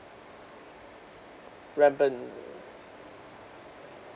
rampant